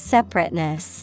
Separateness